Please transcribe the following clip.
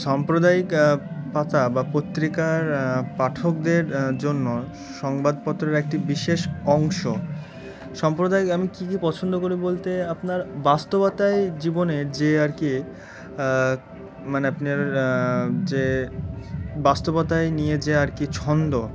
সাম্প্রদায়িক পাতা বা পত্রিকার পাঠকদের জন্য সংবাদপত্রের একটি বিশেষ অংশ সাম্প্রদায়িক আমি কী কী পছন্দ করি বলতে আপনার বাস্তবতায় জীবনের যে আর কি মানে আপনার যে বাস্তবতায় নিয়ে যে আর কি ছন্দ